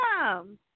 Welcome